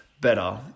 better